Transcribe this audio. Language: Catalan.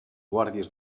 guàrdies